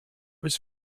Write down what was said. was